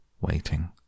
waiting